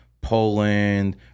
Poland